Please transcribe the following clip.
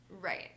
Right